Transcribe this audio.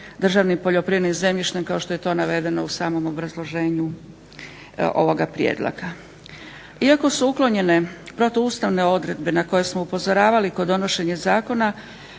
državnim poljoprivrednim zemljištem kao što je to navedeno u samom obrazloženju ovoga prijedloga. Iako su uklonjene protuustavne odredbe na koje smo upozoravali kod donošenja zakona